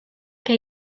che